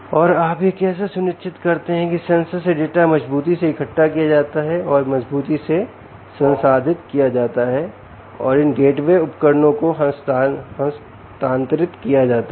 और आप यह कैसे सुनिश्चित करते हैं कि सेंसर से डाटा मज़बूती से इकट्ठा किया जाता है और मज़बूती से संसाधित किया जाता है और इन गेटवे उपकरणों को हस्तांतरित किया जाता है